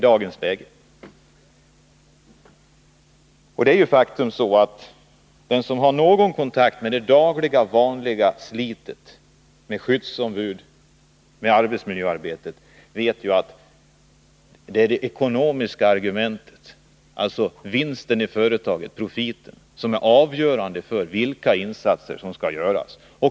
Den som har någon kontakt med det vanliga, dagliga slitet med arbetsmiljöarbete och med skyddsombud vet ju att det är det ekonomiska argumentet, dvs. profiten i företagen, som är det avgörande för vilka insatser som skall göras.